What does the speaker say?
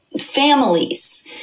families